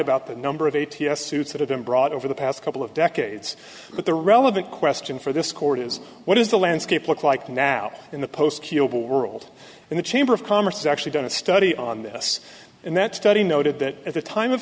about the number of eighty yes suits that have been brought over the past couple of decades but the relevant question for this court is what does the landscape look like now in the post cuba world and the chamber of commerce actually done a study on this and that study noted that at the time of